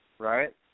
Right